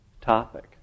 topic